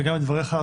וגם לדבריך,